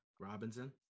Robinson